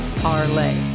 parlay